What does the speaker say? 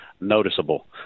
noticeable